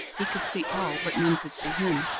he could see all but none could see him.